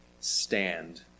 Stand